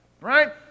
right